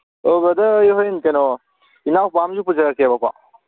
ꯑꯣ ꯕ꯭ꯔꯗꯔ ꯑꯩꯁꯦ ꯍꯣꯔꯦꯟ ꯀꯩꯅꯣ ꯏꯅꯥꯎꯄꯥ ꯑꯃꯁꯨ ꯄꯨꯖꯔꯛꯀꯦꯕꯀꯣ